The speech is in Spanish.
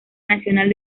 nacional